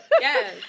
Yes